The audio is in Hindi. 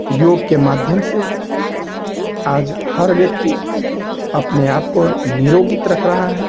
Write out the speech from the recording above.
योग के माध्यम से आज हर व्यक्ति अपने आप को निरोगित रख रहा है